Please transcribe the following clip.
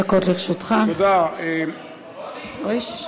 תודה, תודה רבה,